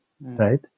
Right